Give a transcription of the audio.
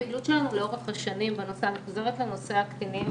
הפעילות שלנו לאורך השנים אני חוזרת לנושא הקטינים